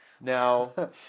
Now